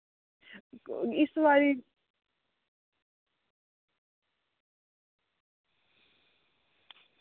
इस बारी